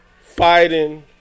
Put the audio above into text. fighting